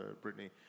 Brittany